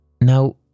Now